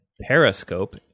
Periscope